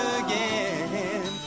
again